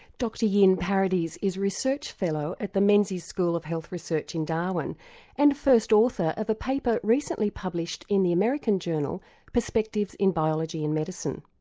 dr yin paradies is research fellow at the menzies school of health research in darwin and first author of a paper recently published in the american journal perspectives in biology and medicine.